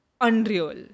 unreal